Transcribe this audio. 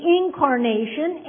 incarnation